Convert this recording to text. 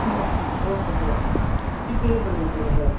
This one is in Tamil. ஓகே ஓகே சார் ஜிபேவே பண்ணி விட்ருங்க சார்